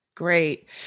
Great